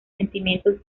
sentimientos